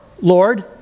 Lord